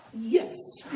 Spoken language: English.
yes.